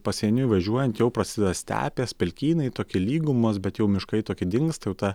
pasieniui važiuojant jau prasideda stepės pelkynai tokie lygumos bet jau miškai tokie dingsta jau ta